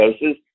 doses